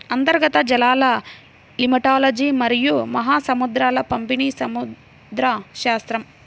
అంతర్గత జలాలలిమ్నాలజీమరియు మహాసముద్రాల పంపిణీసముద్రశాస్త్రం